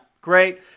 great